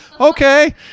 okay